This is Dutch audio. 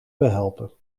behelpen